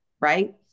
right